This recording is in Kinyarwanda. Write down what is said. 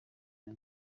iyo